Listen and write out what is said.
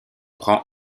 prend